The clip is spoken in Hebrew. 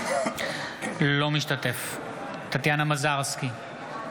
אינו משתתף בהצבעה טטיאנה מזרסקי,